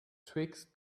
twixt